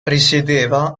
risiedeva